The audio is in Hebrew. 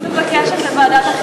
אני מבקשת לוועדת החינוך,